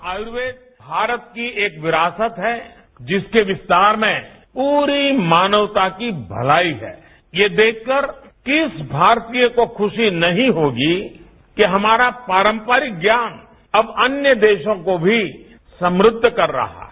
आयुर्वेद भारत की एक विरासत है जिसके विस्तार में पूरी मानवता की भलाई है ये देखकर किस भारतीय को खुशी नहीं होगी कि हमारा पारम्परिक ज्ञान अब अन्य देशों को भी समृद्व कर रहा है